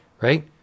right